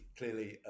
clearly